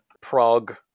Prague